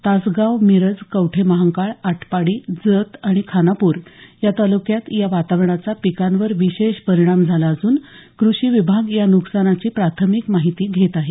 तासगाव मिरज कवठे महांकाळ आटपाडी जत आणि खानापूर या तालुक्यात या वातावरणाचा पिकांवर विशेष परिणाम झाला असून कृषी विभाग या नुकसानाची प्राथमिक माहिती घेत आहे